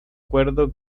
cuerdo